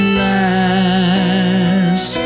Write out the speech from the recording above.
last